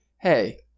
Hey